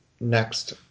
next